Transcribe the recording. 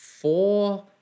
four